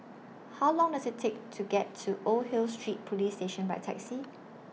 How Long Does IT Take to get to Old Hill Street Police Station By Taxi